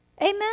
Amen